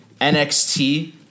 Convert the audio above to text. NXT